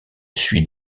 suit